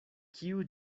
kiu